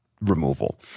removal